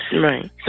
Right